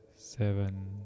Seven